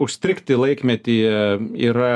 užstrigti laikmetyje yra